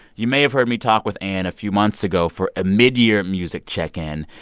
you may have heard me talk with ann a few months ago for a mid-year music check in.